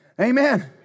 Amen